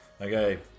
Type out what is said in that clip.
Okay